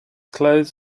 clothes